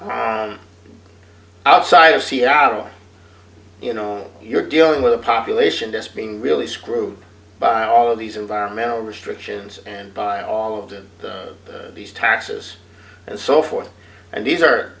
outside of seattle you know you're dealing with a population that's being really screwed by all of these environmental restrictions and by all of these taxes and so forth and these are